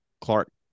Clark